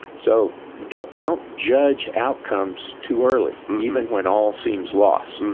so don't don't judge outcomes too early, even when all seems lost. and